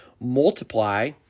multiply